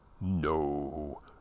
no